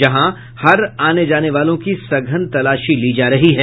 जहां हर आने जाने वालों की सघन तलाशी ली जा रही है